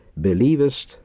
Believest